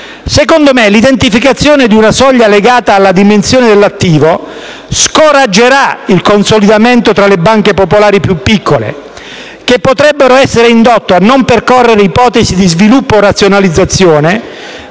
Secondo me, l'identificazione di una soglia legata alla dimensione dell'attivo scoraggerà il consolidamento tra le banche popolari più piccole, che potrebbero essere indotte a non percorrere ipotesi di sviluppo e razionalizzazione,